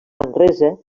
manresa